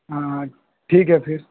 ہاں ٹھیک ہے پھر